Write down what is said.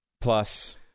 Plus